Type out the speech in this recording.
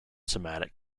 somatic